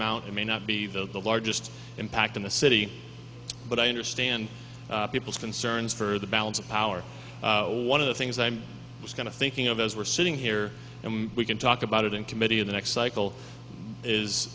amount it may not be the largest impact in the city but i understand people's concerns for the balance of power one of the things i'm just kind of thinking of as we're sitting here and we can talk about it in committee in the next cycle is